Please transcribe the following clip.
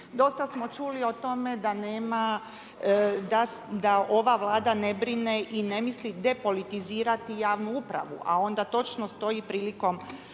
Dosta smo čuli o tome da nema, da ova Vlada ne brine i ne misli depolitizirati javnu upravu, a onda točno stoji prilikom